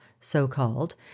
so-called